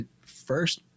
first